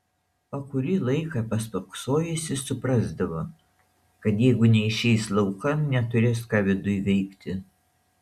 o kurį laiką paspoksojusi suprasdavo kad jeigu neišeis laukan neturės ką viduj veikti